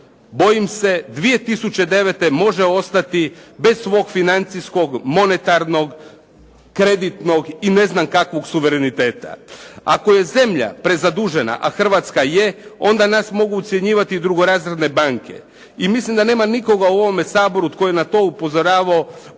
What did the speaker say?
bojim se 2009. može ostati bez svog financijskog, monetarnog, kreditnog i ne znam kakvog suvereniteta. Ako je zemlja prezadužena, a Hrvatska je, onda nas mogu ucjenjivati drugorazredne banke. I mislim da nema nikoga u ovom Saboru tko je na to upozoravao,